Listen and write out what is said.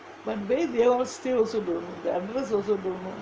but where they all stay don't know